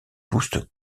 poussent